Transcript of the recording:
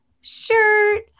shirt